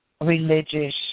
religious